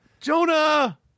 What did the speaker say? Jonah